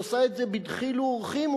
היא עושה את זה בדחילו ורחימו,